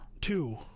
Two